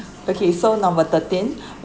okay so number thirteen